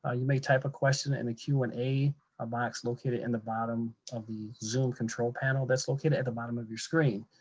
ah you may type a question in and the q and a box located in the bottom of the zoom control panel that's located at the bottom of your screen.